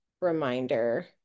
reminder